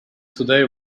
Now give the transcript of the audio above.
today